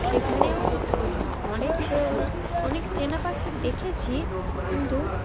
সেখানেও অনেক অনেক চেনা পাখি দেখেছি কিন্তু